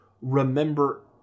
remember